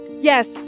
Yes